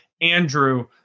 Andrew